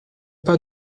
pas